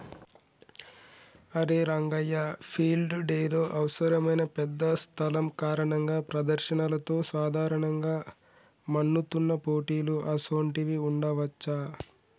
అరే రంగయ్య ఫీల్డ్ డెలో అవసరమైన పెద్ద స్థలం కారణంగా ప్రదర్శనలతో సాధారణంగా మన్నుతున్న పోటీలు అసోంటివి ఉండవచ్చా